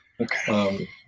Okay